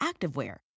activewear